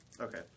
Okay